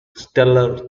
stellar